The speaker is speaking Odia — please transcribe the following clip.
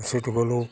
ସେଠୁ ଗଲୁ